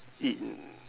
eat